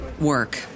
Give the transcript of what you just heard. work